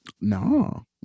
No